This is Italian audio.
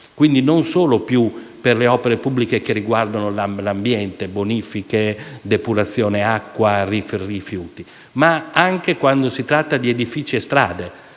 quindi non più solo per le opere pubbliche che riguardano l'ambiente - bonifiche, depurazione acqua e rifiuti - ma anche quando si tratta di edifici e strade.